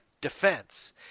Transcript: defense